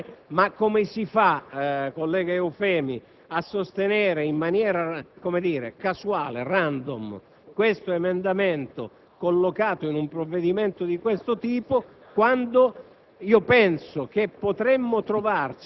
So per certo che la sensibilità del collega Eufemi coincide sostanzialmente con la mia. Capisco che ci sono ragioni di battaglia politica che determinano un